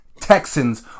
Texans